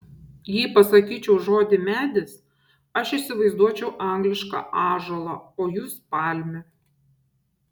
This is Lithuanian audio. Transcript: jei pasakyčiau žodį medis aš įsivaizduočiau anglišką ąžuolą o jūs palmę